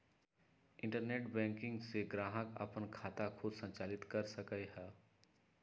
internet banking से ग्राहक अप्पन खाता खुद संचालित कर सकलई ह